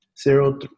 zero